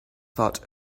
thought